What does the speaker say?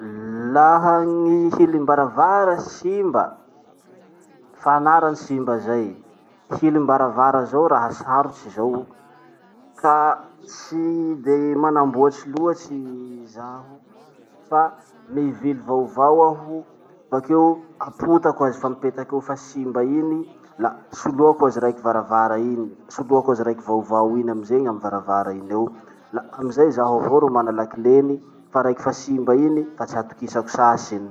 Laha gny hilimbaravara simba, fa anarany simba zay. Hilimbaravara zao raha sarotsy zao, ka tsy de manamboatsy loatsy zaho fa mivily vaovao aho, bakeo apotako azy fa mipetaky eo fa simba iny, la soloako azy raiky varavara iny, soloako azy raiky vaovao iny amizay gn'amy varavara iny eo. La amizay zaho avao ro mana lakileny, fa raiky fa simba iny, fa tsy atokisako sasy iny.